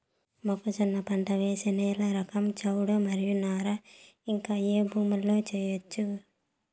మొక్కజొన్న పంట వేసే నేల రకం చౌడు మరియు నారు ఇంకా ఏ భూముల్లో చేయొచ్చు?